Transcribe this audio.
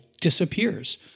disappears